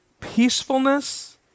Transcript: peacefulness